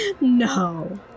No